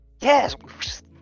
yes